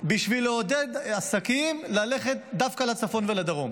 בשביל לעודד עסקים ללכת דווקא לצפון ולדרום.